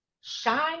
shine